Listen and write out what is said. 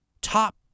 top